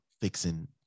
fixing